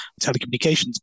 telecommunications